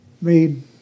made